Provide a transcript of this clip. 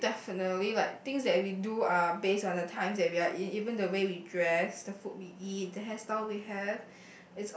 I think definitely like things that we do are based on the times we are in even the way we dress the food we eat the hair style we have